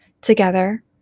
Together